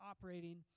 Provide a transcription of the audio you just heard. operating